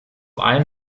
allen